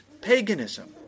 paganism